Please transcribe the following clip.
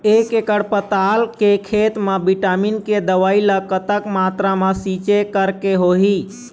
एक एकड़ पताल के खेत मा विटामिन के दवई ला कतक मात्रा मा छीचें करके होही?